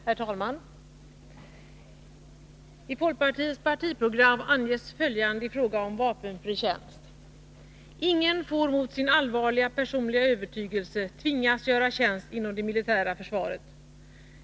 Herr talman! I folkpartiets partiprogram anges följande i fråga om vapenfri tjänst: ”Ingen får mot sin allvarliga personliga övertygelse tvingas göra tjänst inom det militära försvaret.